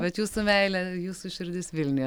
bet jūsų meilė jūsų širdis vilniuje